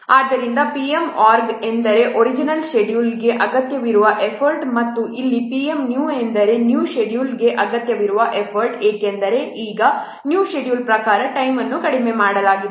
ಆದ್ದರಿಂದ pm org ಎಂದರೆ original ಶೆಡ್ಯೂಲ್ಗೆ ಅಗತ್ಯವಿರುವ ಎಫರ್ಟ್ ಮತ್ತು ಇಲ್ಲಿ pm ನ್ಯೂ ಎಂದರೆ ನ್ಯೂ ಶೆಡ್ಯೂಲ್ಗೆ ಅಗತ್ಯವಿರುವ ಎಫರ್ಟ್ ಏಕೆಂದರೆ ಈಗ ನ್ಯೂ ಶೆಡ್ಯೂಲ್ ಪ್ರಕಾರ ಟೈಮ್ ಅನ್ನು ಕಡಿಮೆ ಮಾಡಲಾಗಿದೆ